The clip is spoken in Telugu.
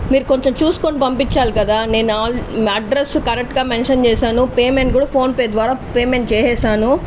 మీరు కొంచెం చూసుకొని పంపించాలి కదా నేను ఆల్ అడ్రస్ కరెక్ట్ గా మెన్షన్ చేశాను పేమెంట్ కూడా ఫోన్పే ద్వారా పేమెంట్ చేసేసాను